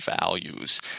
values